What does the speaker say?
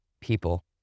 people